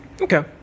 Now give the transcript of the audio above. Okay